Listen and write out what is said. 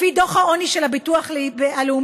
לפי דוח העוני של הביטוח הלאומי,